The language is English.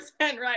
right